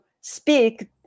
speak